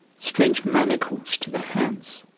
strange manacles to the hands,